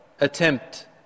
attempt